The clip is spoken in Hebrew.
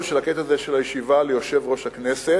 של הקטע הזה של הישיבה ליושב-ראש הכנסת,